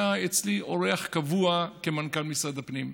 היה אצלי אורח קבוע כמנכ"ל משרד הפנים.